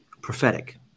prophetic